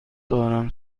دارم